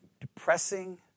depressing